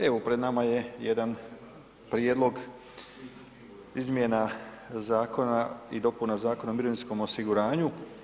Evo, pred nama je jedan prijedlog izmjena zakona i dopuna Zakona o mirovinskom osiguranju.